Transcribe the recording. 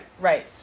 right